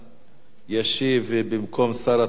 ישיב במקום שר התחבורה,